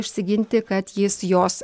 išsiginti kad jis jos